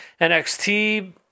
NXT